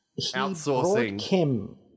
Outsourcing